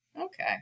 okay